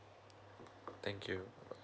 thank you